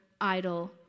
idle